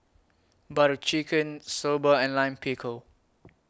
Butter Chicken Soba and Lime Pickle